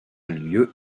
lieu